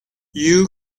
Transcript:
you